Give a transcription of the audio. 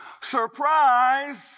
Surprise